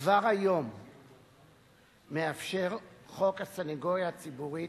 כבר היום מאפשרים חוק הסניגוריה הציבורית,